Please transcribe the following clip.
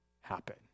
happen